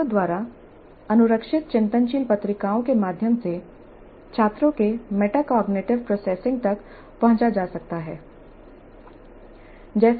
छात्रों द्वारा अनुरक्षित चिंतनशील पत्रिकाओं के माध्यम से छात्रों के मेटाकोग्निटिव प्रोसेसिंग तक पहुँचा जा सकता है